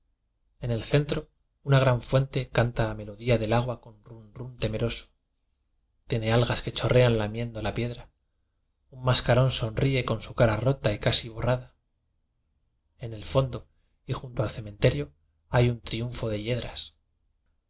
en el centro una gran fuente canta la me lodía del agua con rum rum temeroso tiene algas que chorrean lamiendo la pie dra un mascarón sonríe con su cara rota y casi borrada en el fondo y junto al cementerio hay un triunfo de yedras